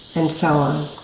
and so on.